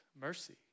mercy